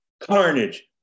carnage